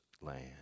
land